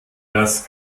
das